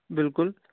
بلکُل